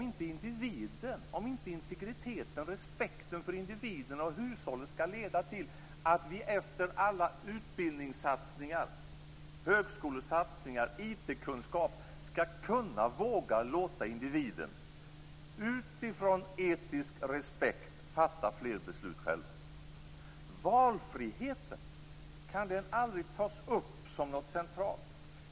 Integriteten och den etiska respekten för individen och hushållen skall leda till att vi efter alla utbildningssatsningar, högskolesatsningar och IT-kunskap kan låta individen fatta fler beslut själv. Kan inte valfriheten tas upp som något centralt?